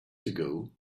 ago